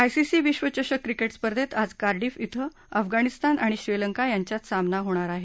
ICC विश्वचषक cricket स्पर्धेत आज कार्डिफ इथं अफगाणिस्तान आणि श्रीलंका यांच्यात सामना होणार आहे